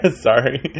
sorry